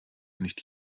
nicht